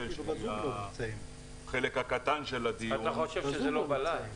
שהיא החלק הקטן של הדיון --- בזום הם נמצאים.